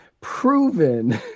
proven